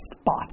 spot